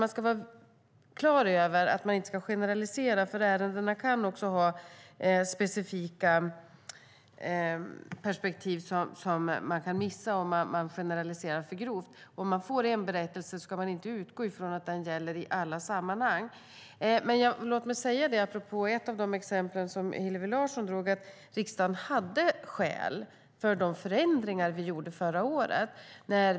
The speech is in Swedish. Man ska vara klar över att man inte ska generalisera eftersom ärendena kan ha specifika perspektiv som kan missas om det görs en för grov generalisering. När man får en berättelse ska man inte utgå från att den gäller i alla sammanhang. Låt mig säga, apropå ett av de exempel som Hillevi Larsson tog upp, att riksdagen hade skäl för de förändringar som gjordes förra året.